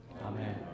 Amen